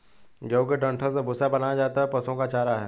गेहूं के डंठल से भूसा बनाया जाता है जो पशुओं का चारा है